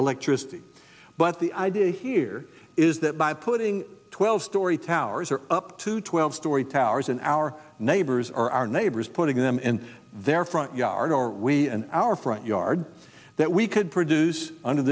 electricity but the idea here is that by putting twelve story towers or up to twelve story towers in our neighbors are our neighbors putting them in their front yard or we in our front yard that we could produce under